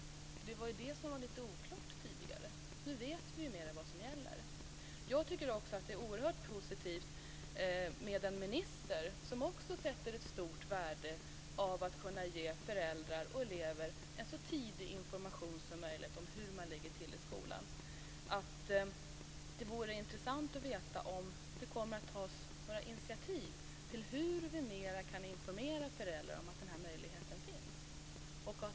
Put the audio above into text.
Det var ju det som var lite oklart tidigare. Nu vet vi ju mera vad som gäller. Jag tycker också att det är oerhört positivt med en minister som också sätter ett stort värde på att kunna ge föräldrar och elever en så tidig information som möjligt om hur man ligger till i skolan. Det vore intressant att veta om det kommer att tas några initiativ till hur vi ytterligare kan informera föräldrar om att den här möjligheten finns.